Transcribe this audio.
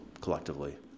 collectively